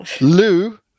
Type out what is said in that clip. Lou